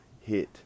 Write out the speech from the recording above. hit